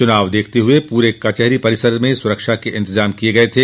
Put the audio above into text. चुनाव को देखते हुए पूरे कचहरी परिसर में सुरक्षा के इंतजाम किए गए थे